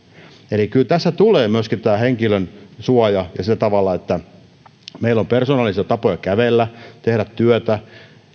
eli kyllä tässä tulee myöskin tämä henkilön suoja ja sillä tavalla että kun meillä on persoonallisia tapoja kävellä tehdä työtä